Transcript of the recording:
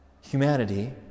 humanity